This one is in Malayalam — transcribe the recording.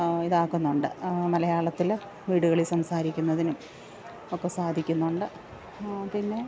ഇതാക്കുന്നുണ്ട് മലയാളത്തില് വീടുകളില് സംസാരിക്കുന്നതിനും ഒക്കെ സാധിക്കുന്നുണ്ട് പിന്നെ